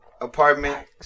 apartment